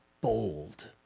bold